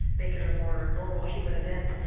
make it a more normal human event.